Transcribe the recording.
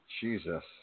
Jesus